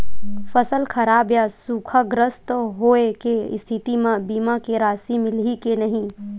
फसल खराब या सूखाग्रस्त होय के स्थिति म बीमा के राशि मिलही के नही?